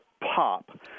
pop